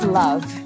love